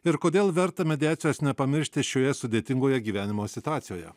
ir kodėl verta mediacijos nepamiršti šioje sudėtingoje gyvenimo situacijoje